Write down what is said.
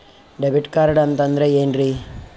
Debit card ಅಂತಂದ್ರೆ ಏನ್ರೀ?